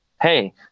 Hey